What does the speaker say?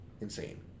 insane